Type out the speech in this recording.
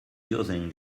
using